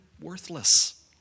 worthless